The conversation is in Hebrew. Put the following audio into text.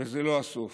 וזה לא הסוף.